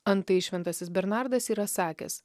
antai šventasis bernardas yra sakęs